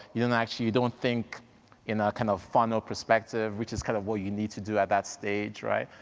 you don't actually, you don't think in that ah kind of funnel perspective which is kind of what you need to do at that stage, right?